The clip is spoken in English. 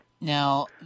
Now